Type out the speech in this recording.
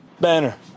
Banner